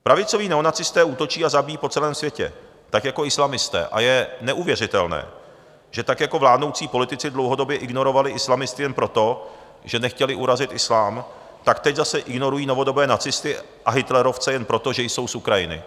Pravicoví neonacisté útočí a zabíjejí po celém světě, tak jako islamisté, a je neuvěřitelné, že tak jako vládnoucí politici dlouhodobě ignorovali islamisty jen proto, že nechtěli urazit islám, tak teď zase ignorují novodobé nacisty a hitlerovce jen proto, že jsou z Ukrajiny.